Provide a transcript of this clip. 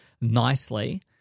nicely